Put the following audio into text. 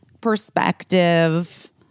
perspective